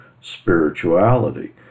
spirituality